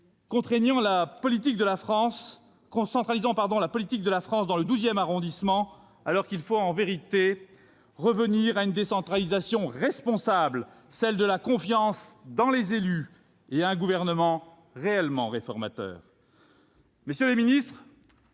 tout, qui mystifie tout le monde, centralisant la politique de la France dans le XII arrondissement, alors qu'il faut en vérité revenir à une décentralisation responsable, celle de la confiance envers les élus, et à un gouvernement réellement réformateur